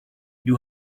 you